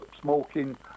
smoking